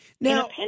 Now